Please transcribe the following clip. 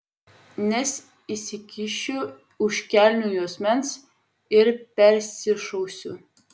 nes įsikišiu už kelnių juosmens ir persišausiu